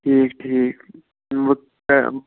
ٹھیٖک ٹھیٖک